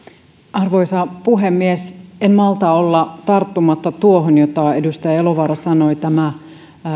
arvoisa puhemies en malta olla tarttumatta tuohon mitä edustaja elovaara sanoi